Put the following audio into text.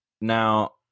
Now